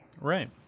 Right